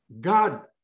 God